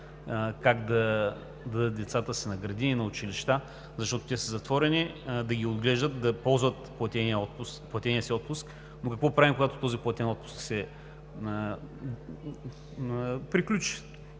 как да дадат децата си на градини, на училища, защото те са затворени, да ги отглеждат, да ползват платения си отпуск. Но какво правим, когато този платен отпуск приключи